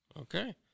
okay